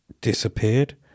disappeared